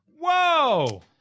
Whoa